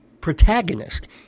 protagonist